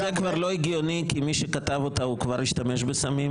זה כבר לא הגיוני כי מי שכתב אותה הוא כבר השתמש בסמים,